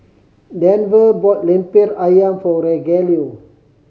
Denver bought Lemper Ayam for Rogelio